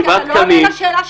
כי אתה לא עונה לשאלה שלי.